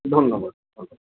ধন্যবাদ ধন্যবাদ